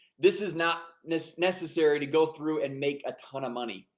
this is not this necessary to go through and make a ton of money,